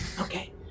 Okay